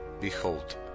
Behold